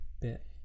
bit